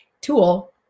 tool